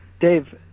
Dave